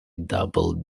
double